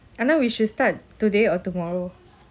ah then we should start today or tomorrow